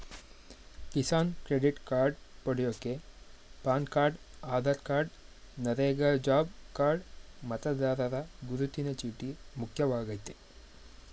Kisan credit card ಪಡ್ಯೋಕೆ PAN card Aadhaar card NREGA job card ಮತದಾರರ ಗುರುತಿನ ಚೀಟಿ ಮುಖ್ಯವಾಗಯ್ತೆ